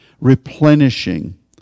replenishing